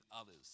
others